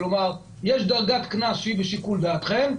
יש דרגת קנס שהיא בשיקול דעתכם,